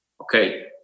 Okay